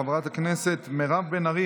חברת הכנסת מירב בן ארי,